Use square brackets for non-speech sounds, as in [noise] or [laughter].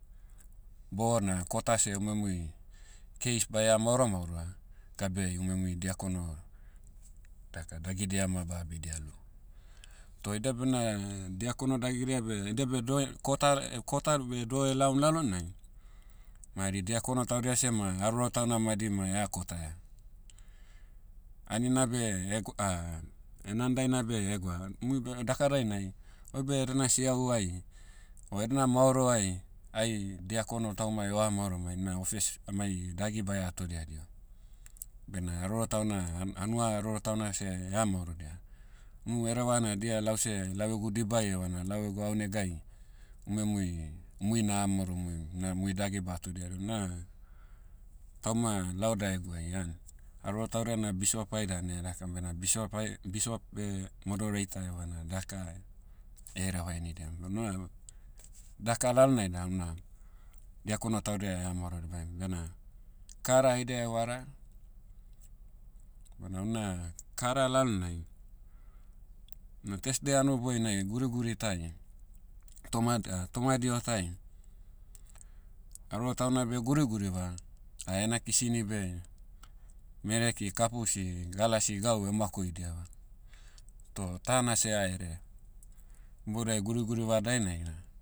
Bona kota seh umuiemui, case baea maoro maoroa, gabeai umuiemui diakono, daka dagidia ma ba'abidia lou. Toh idia bena, diakono dagidia beh idia beh doh- kota- kota beh doh elaom lalonai, ma hari diakono taudia seh ma haroro tauna madi ma eha kotaia. Anina beh ehgo- [hesitation] henandaina beh [hesitation] gwa, umui beh daka dainai, oibe edena siahu'ai, o edena maoro'ai, ai diakono taumai o'hamaoromai emai ofes amai dagi baia atodia diho. Bena haroro tauna, ha- hanua haororo tauna seh [hesitation] hamaorodia, unu hereva na dia lau seh lau egu dibai evana lau egu aonegai, umuiemui, umui na'hamaoromuim, na mui dagi ba'hatodia do na, tauma lau daeguai an. Haroro taudia na bishop'ai dan [hesitation] dakam bena bishop'ai- bishop beh moderator evana daka, [hesitation] hereva henidiam. [unintelligible] daka lalonai da una, diakono taudia eha maorodabaem bena, kara haidia [hesitation] vara, bona una kara lalnai, na thursday hanoboinai guriguri tai, toma- [hesitation] tomadiho tai, haroro tauna beh [hesitation] guriguriva, ah ena kisini beh, mereki kapusi galasi gau [hesitation] makoidiava. Toh ta na seha erea. Iboudiai guriguriva dainai da,